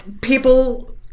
people